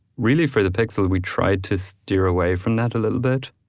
really for the pixel, we try to steer away from that a little bit.